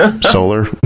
solar